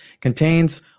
contains